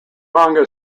manga